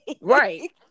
right